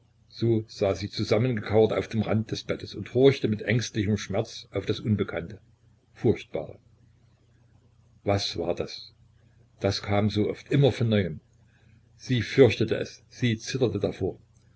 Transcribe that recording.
so saß sie zusammengekauert auf dem rand des bettes und horchte mit ängstlichem schmerz auf das unbekannte furchtbare was war das das kam so oft immer von neuem sie fürchtete es sie zitterte davor